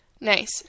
Nice